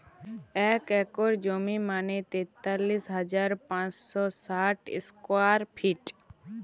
এক একর জমি মানে তেতাল্লিশ হাজার পাঁচশ ষাট স্কোয়ার ফিট